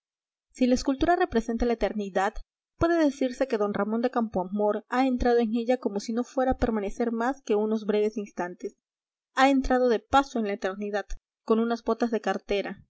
si la escultura representa la eternidad puede decirse que d ramón de campoamor ha entrado en ella como si no fuera a permanecer más que unos breves instantes ha entrado de paso en la eternidad con unas botas de cartera